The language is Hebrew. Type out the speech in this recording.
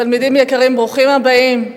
תלמידים יקרים, ברוכים הבאים.